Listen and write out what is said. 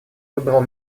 выбрал